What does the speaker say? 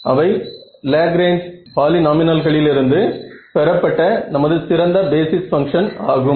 அவை லேக்ரேன்ஜ் பாலிநாமினல்களிலிருந்து பெறப்பட்ட நமது சிறந்த பேசிஸ் பங்க்ஷன் ஆகும்